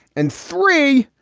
and three.